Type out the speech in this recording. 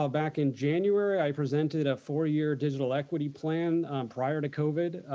back in january, i presented a four year digital equity plan prior to covid.